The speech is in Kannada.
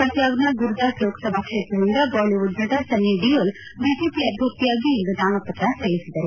ಪಂಜಾಬ್ ಗುರುದಾಸ್ ಲೋಕಸಭಾ ಕ್ಷೇತ್ರದಿಂದ ಬಾಲಿವುಡ್ ನಟ ಸನ್ನಿಡಿಯೋಲ್ ಬಿಜೆಪಿ ಅಭ್ಯರ್ಥಿಯಾಗಿ ಇಂದು ನಾಮಪತ್ರ ಸಲ್ಲಿಸಿದರು